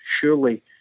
surely